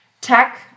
tech